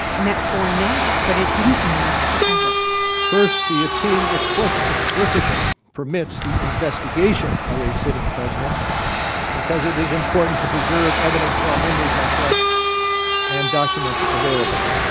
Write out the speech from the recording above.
meant for now, but it didn't mean forever first, the opinion explicitly explicitly permits the investigation of a sitting president because it is important to preserve evidence while memories are fresh and documents available.